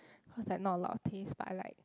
cause like not a lot of taste but like